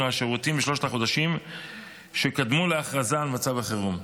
או השירותים בשלושת החודשים שקדמו להכרזה על מצב החירום.